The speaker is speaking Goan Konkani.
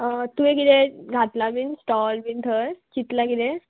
होय तुवें किदें घातलां बीन स्टॉल बीन थंय चिंतलां किदें